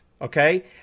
Okay